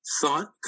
thought